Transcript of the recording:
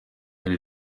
iri